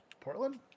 Portland